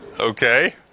Okay